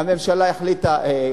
הממשלה החליטה,